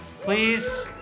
Please